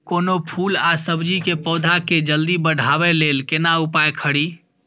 कोनो फूल आ सब्जी के पौधा के जल्दी बढ़ाबै लेल केना उपाय खरी?